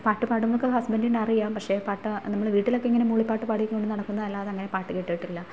പാട്ട് പാടുമെന്നൊക്കെ ഹസ്ബൻഡിന് അറിയാം പക്ഷേ പാട്ട് നമ്മൾ വീട്ടിലൊക്കെ ഇങ്ങനെ മൂളിപ്പാട്ട് പാടികൊണ്ട് നടക്കുന്നതല്ലാതെ അങ്ങനെ പാട്ട് കേട്ടിട്ടില്ല